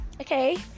okay